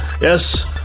Yes